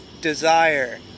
Desire